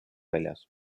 väljas